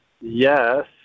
Yes